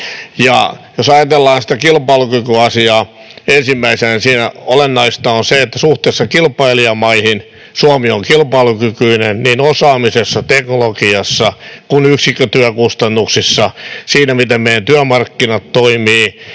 Jos ajatellaan kilpailukykyasiaa, ensimmäisenä siinä olennaista on se, että suhteessa kilpailijamaihin Suomi on kilpailukykyinen niin osaamisessa, teknologiassa kuin yksikkötyökustannuksissa, siinä, miten meidän työmarkkinat toimivat,